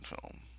film